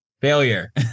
Failure